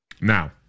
now